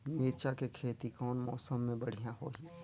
मिरचा के खेती कौन मौसम मे बढ़िया होही?